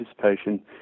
participation